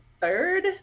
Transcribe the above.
third